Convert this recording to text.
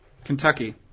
Kentucky